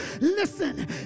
listen